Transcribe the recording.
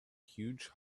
huge